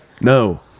No